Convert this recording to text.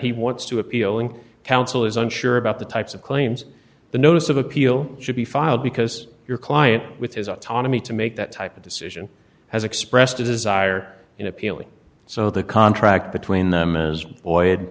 he wants to appealing counsel is unsure about the types of claims the notice of appeal should be filed because your client with his autonomy to make that type of decision has expressed a desire in appealing so the contract between them is oid